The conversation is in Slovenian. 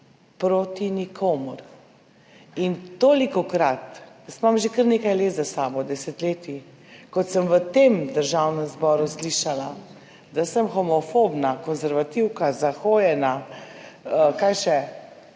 Proti nikomur nismo! In tolikokrat, jaz imam že kar nekaj let za sabo, desetletij, kot sem v Državnem zboru slišala, da sem homofobna konservativka, zahojena, se